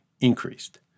increased